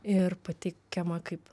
ir pateikiama kaip